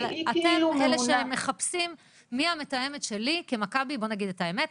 אבל אתם אלה שמחפשים "מי המתאמת שלי במכבי" בוא נגיד את האמת,